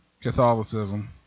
Catholicism